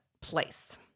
place